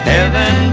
Heaven